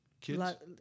kids